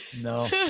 No